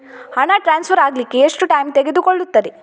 ಹಣ ಟ್ರಾನ್ಸ್ಫರ್ ಅಗ್ಲಿಕ್ಕೆ ಎಷ್ಟು ಟೈಮ್ ತೆಗೆದುಕೊಳ್ಳುತ್ತದೆ?